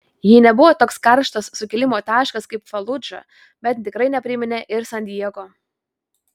ji nebuvo toks karštas sukilimo taškas kaip faludža bet tikrai nepriminė ir san diego